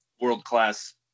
world-class